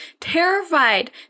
terrified